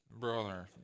brother